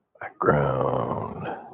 background